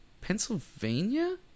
Pennsylvania